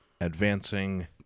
advancing